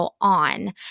on